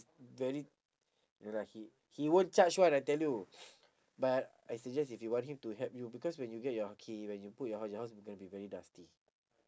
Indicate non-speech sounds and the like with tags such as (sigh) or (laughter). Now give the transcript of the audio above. very no lah he he won't charge [one] I tell you (noise) but I suggest if you want him to help you because when you get your key when you put your house your house is gonna be very dusty